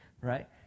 Right